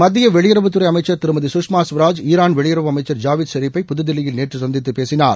மத்திய வெளியுறவுத்துறை அமைச்சர் திருமதி சுஷ்மா ஸ்வராஜ் ஈராள் வெளியுறவு அமைச்சர் ஜாவித் ஷெரீப்பை புதுதில்லியில் நேற்று சந்தித்து பேசினார்